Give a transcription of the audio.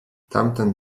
tamten